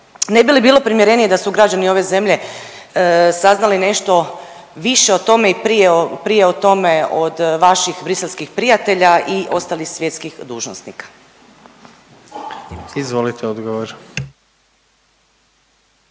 Ne bi li bilo primjerenije da su građani ove zemlje saznali nešto više o tome i prije o tome od vaših briselskih prijatelja i ostalih svjetskih dužnosnika? **Jandroković,